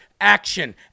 action